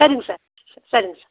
சரிங்க சார் ச சரிங்க சார்